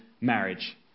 marriage